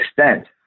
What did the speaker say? extent